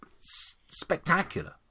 Spectacular